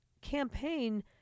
campaign